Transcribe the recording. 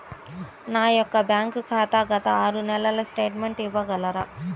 నా యొక్క బ్యాంక్ ఖాతా గత ఆరు నెలల స్టేట్మెంట్ ఇవ్వగలరా?